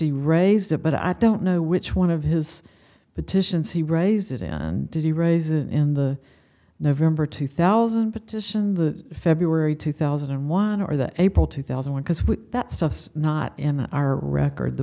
he raised it but i don't know which one of his petitions he raised it and did he raise it in the november two thousand petition the february two thousand and one or the april two thousand when because that stuff's not in our record the